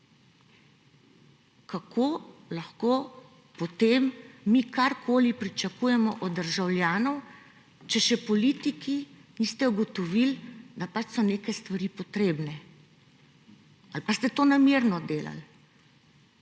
Kako lahko potem mi karkoli pričakujemo od državljanov, če še politiki niste ugotovili, da so neke stvari potrebne ali pa ste to namerno delali?